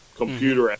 Computer